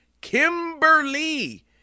Kimberly